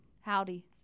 Howdy